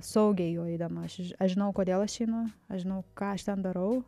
saugiai juo eidama aš aš žinau kodėl aš einu aš žinau ką aš ten darau